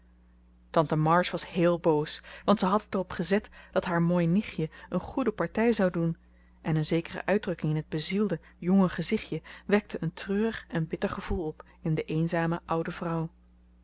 tante march was heel boos want ze had het er op gezet dat haar mooi nichtje een goede partij zou doen en een zekere uitdrukking in t bezielde jonge gezichtje wekte een treurig en bitter gevoel op in de eenzame oude vrouw